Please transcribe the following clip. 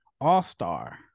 All-star